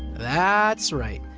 that's right.